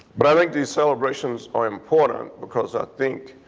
but i think these celebrations are important because i think